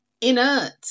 inert